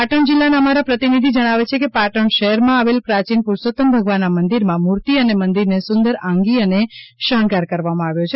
પાટણ જિલ્લાના અમારા પ્રતિનિધિ જણાવે છે કે પાટણ શહેરમાં આવેલ પ્રાચીન પુરૂષોત્તમ ભગવાનના મંદિરમાં મૂર્તિ અને મંદિરને સુંદર આંગી અને શણગાર કરવામાં આવ્યો છે